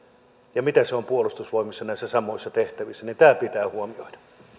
ja miten se on puolustusvoimissa näissä samoissa tehtävissä tämä pitää huomioida